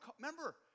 remember